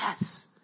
yes